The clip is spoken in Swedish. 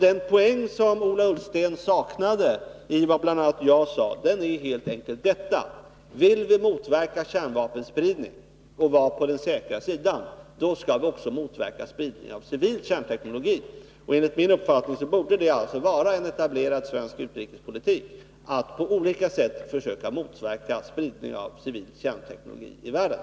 Den poäng som Ola Ullsten saknade i det som bl.a. jag sade är helt enkelt denna: Vill vi motverka kärnvapenspridning och vara på den säkra sidan, då skall vi också motverka spridning av civil kärnteknologi. Enligt min uppfattning borde det vara en etablerad svensk utrikespolitik att på olika sätt försöka motverka spridning av civil kärnteknologi i världen.